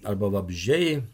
arba vabzdžiai